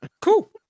Cool